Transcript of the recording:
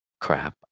crap